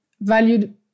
valued